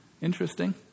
interesting